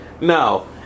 no